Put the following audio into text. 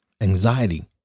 Anxiety